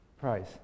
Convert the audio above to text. price